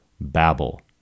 babble